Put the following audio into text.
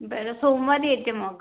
बरं सोमवारी येते मग